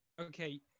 Okay